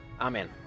Amen